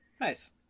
Nice